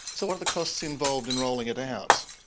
so what are the costs involved in rolling it out?